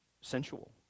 sensual